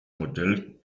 modell